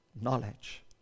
knowledge